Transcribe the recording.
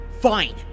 fine